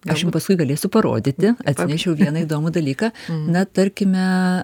aš jum paskui galėsiu parodyti atsinešiau vieną įdomų dalyką na tarkime